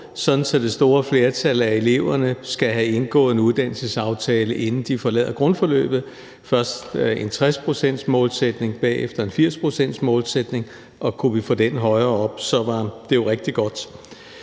at det store flertal af eleverne skal have indgået en uddannelsesaftale, inden de forlader grundforløbet, først en 60-procentsmålsætning, bagefter en 80-procentsmålsætning, og kunne vi få den højere op, var det jo rigtig godt.